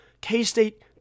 K-State